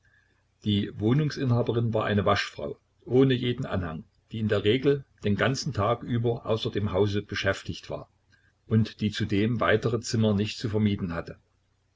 die wohnungsinhaberin war eine waschfrau ohne jeden anhang die in der regel den ganzen tag über außer dem hause beschäftigt war und die zudem weitere zimmer nicht zu vermieten hatte